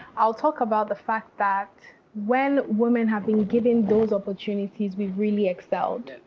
i'll talk about the fact that when women have been given those opportunities, we've really excelled.